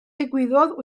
ddigwyddodd